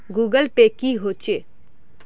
Google pay की होचे?